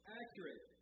accurate